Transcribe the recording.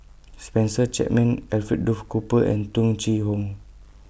Spencer Chapman Alfred Duff Cooper and Tung Chye Hong